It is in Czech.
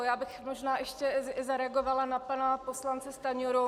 Já bych možná ještě i zareagovala na pana poslance Stanjuru.